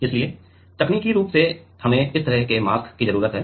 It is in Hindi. इसलिए तकनीकी रूप से हमें इस तरह के मास्क की जरूरत है